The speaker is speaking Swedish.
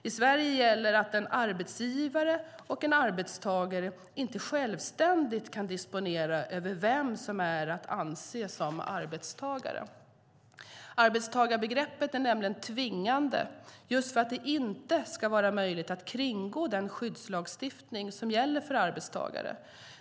I Sverige gäller att en arbetsgivare och en arbetstagare inte självständigt kan disponera över vem som är att anse som arbetstagare. Arbetstagarbegreppet är nämligen tvingande, just för att det inte ska vara möjligt att kringgå den skyddslagstiftning som gäller för arbetstagare.